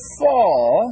fall